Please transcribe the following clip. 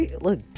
Look